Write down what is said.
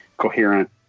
coherent